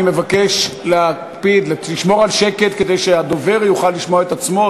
אני מבקש להקפיד לשמור על שקט כדי שהדובר יוכל לשמוע את עצמו,